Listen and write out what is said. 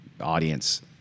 Audience